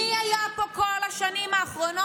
מי היה פה כל השנים האחרונות,